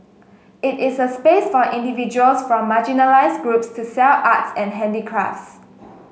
it is a space for individuals from marginalised groups to sell arts and handicrafts